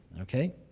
okay